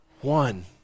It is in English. one